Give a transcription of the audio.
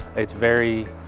it's very.